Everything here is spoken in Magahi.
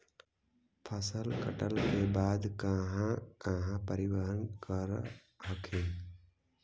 फसल कटल के बाद कहा कहा परिबहन कर हखिन?